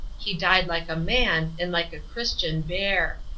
he died like a man, and like a christian bear.